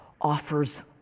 offers